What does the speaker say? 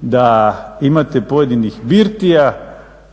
da imate pojedinih birtija,